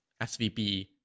SVP